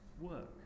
work